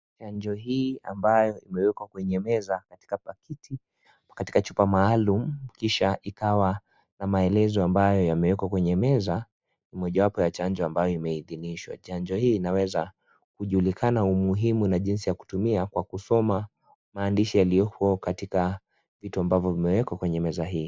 Chanjo hii ambayo imewekwa kwenye meza katika paketi ama katika chuba maalaum kisha ikawa na maelezo ambayo yamewekwa kwenye meza ni mojawapo ya chanjo ambayo imeithinishwa. Chanjo hii inaweza kujulikana umuhimu na jinsi ya kutumia kwa kusoma maandishi yaliyoko katika vitu ambavyo vimewekwa katika meza hii.